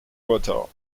rotor